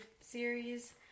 series